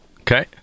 Okay